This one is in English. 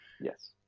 Yes